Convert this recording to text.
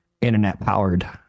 internet-powered